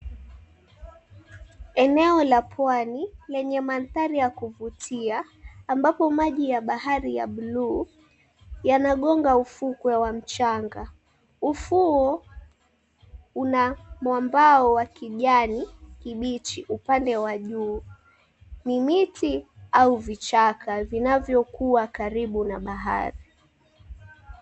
Eneo la pwani lenye maadhari ya kuvutia ambapo maji ya bahari ya blue yanagonga ufukwe wa mchanga. Ufuo una mwambao wa kijani kibichi upande wa juu ni miti au vichaka vinavyokua karibu na bahari.